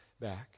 back